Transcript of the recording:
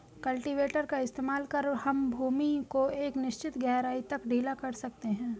cultivator का इस्तेमाल कर हम भूमि को एक निश्चित गहराई तक ढीला कर सकते हैं